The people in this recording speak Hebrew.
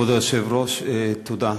כבוד היושב-ראש, תודה.